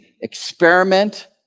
experiment